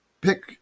pick